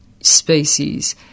species